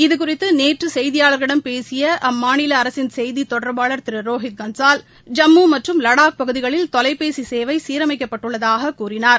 இது குறித்து நேற்று செய்தியாளர்களிடம் பேசிய அம்மாநில அரசின் செய்தி தொடர்பாளர் திரு ரோகித் கன்சால் ஜம்மு மற்றும் லடாக் பகுதிகளில் தொலைபேசி சேவை சீரமைப்பட்டுள்ளதாக கூறினார்